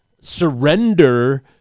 surrender